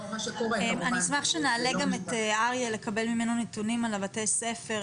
אני אשמח שנעלה גם את אריה לקבל ממנו נתונים על בתי הספר,